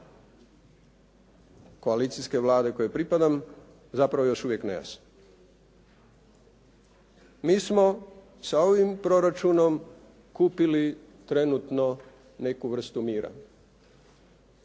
koalicijske Vlade kojoj pripadam, zapravo još uvijek nejasno. Mi smo sa ovim proračunom kupili trenutno neku vrstu mira